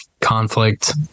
conflict